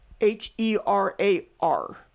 H-E-R-A-R